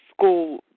school